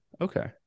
Okay